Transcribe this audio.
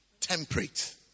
Temperate